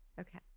Okay